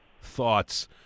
thoughts